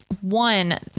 one-